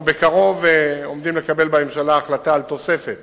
אנחנו עומדים לקבל בקרוב בממשלה החלטה על תוספת